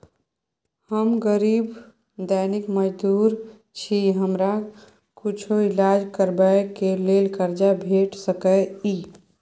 हम गरीब दैनिक मजदूर छी, हमरा कुछो ईलाज करबै के लेल कर्जा भेट सकै इ?